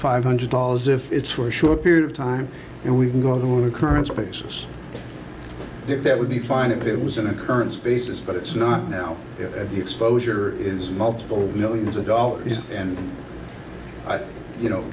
five hundred dollars if it's for a short period of time and we can go through a currency basis that would be fine if it was an occurrence basis but it's not now at the exposure is multiple millions of dollars and you know